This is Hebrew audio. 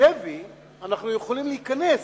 שבי אנחנו יכולים להיכנס,